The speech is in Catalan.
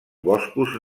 boscos